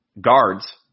guards